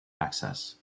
access